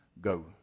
Go